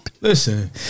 listen